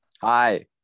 Hi